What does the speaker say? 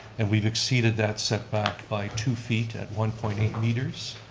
and we've exceeded that setback by two feet at one point eight meters.